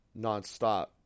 nonstop